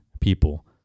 people